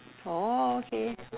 oh okay